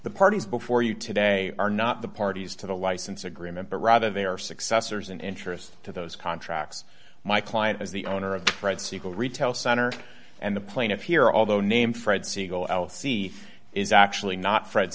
the parties before you today are not the parties to the license agreement but rather their successors and interest to those contracts my client is the owner of fred siegel retail center and the plaintiff here although named fred siegel al c is actually not fred